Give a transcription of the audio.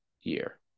year